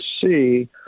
see